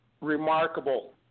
remarkable